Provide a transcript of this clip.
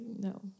no